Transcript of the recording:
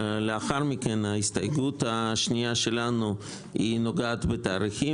ההסתייגות השנייה שלנו נוגעת בתאריכים